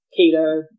keto